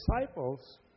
disciples